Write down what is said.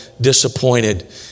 disappointed